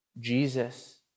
Jesus